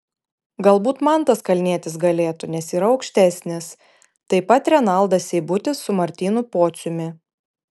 galbūt mantas kalnietis galėtų nes yra aukštesnis taip pat renaldas seibutis su martynu pociumi